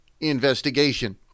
investigation